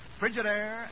Frigidaire